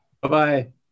Bye-bye